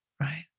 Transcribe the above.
right